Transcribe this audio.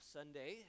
Sunday